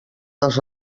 dels